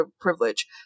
privilege